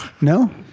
No